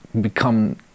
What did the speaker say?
become